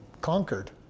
conquered